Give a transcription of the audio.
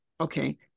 okay